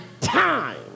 time